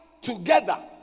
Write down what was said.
together